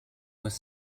was